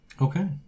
Okay